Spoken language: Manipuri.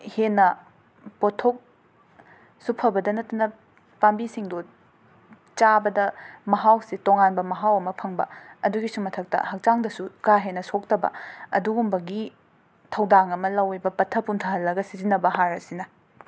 ꯍꯦꯟꯅ ꯄꯣꯠꯊꯣꯛꯁꯨ ꯐꯕꯗ ꯅꯠꯇꯅ ꯄꯥꯝꯕꯤꯁꯤꯡꯗꯨ ꯆꯥꯕꯗ ꯃꯍꯥꯎꯁꯦ ꯇꯣꯉꯥꯟꯕ ꯃꯍꯥꯎ ꯑꯃ ꯐꯪꯕ ꯑꯗꯨꯒꯤꯁꯨ ꯃꯊꯛꯇ ꯍꯛꯆꯥꯡꯗꯁꯨ ꯀꯥ ꯍꯦꯟꯅ ꯁꯣꯛꯇꯕ ꯑꯗꯨꯒꯨꯝꯕꯒꯤ ꯊꯧꯗꯥꯡ ꯑꯃ ꯂꯧꯋꯦꯕ ꯄꯠꯊ ꯄꯨꯝꯊꯍꯜꯂꯒ ꯁꯤꯖꯤꯟꯅꯕ ꯍꯥꯔ ꯑꯁꯤꯅ